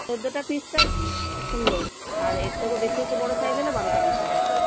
চৌদ্দোটা piece সুন্দর আর এর থেকে বেশি বড় সাইজ হলে বারোটা পিস থাকে